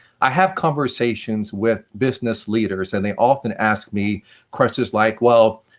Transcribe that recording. i have conversations with business leaders, and they often ask me questions like, well,